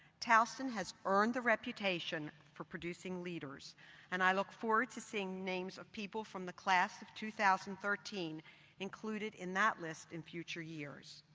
towson has earned the reputation for producing leaders and i look forward to seeing names of people from the class of two thousand and thirteen included in that list in future years.